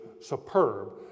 superb